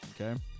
Okay